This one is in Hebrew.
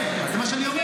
יפה, זה מה שאני אומר.